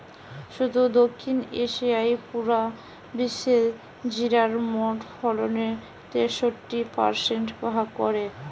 শুধু দক্ষিণ এশিয়াই পুরা বিশ্বের জিরার মোট ফলনের তেষট্টি পারসেন্ট ভাগ করে